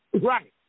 Right